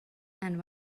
and